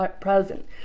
present